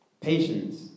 patience